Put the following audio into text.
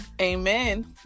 Amen